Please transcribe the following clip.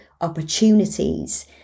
opportunities